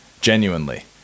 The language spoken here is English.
genuinely